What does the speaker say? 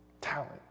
talent